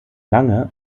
lange